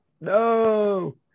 no